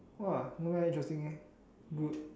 !wah! not bad eh interesting eh good